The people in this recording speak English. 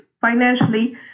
financially